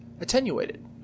attenuated